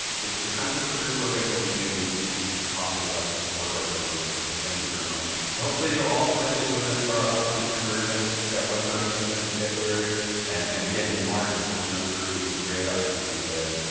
the the kinds of career programs that we do wouldn't be so possible without the support of our donors. and so thank you very much. i hope that you'll all plan to join us for our upcoming career events. we've got webinars coming up in february and and again in march with alumni career weeks. some great opportunities there.